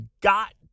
got